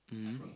mm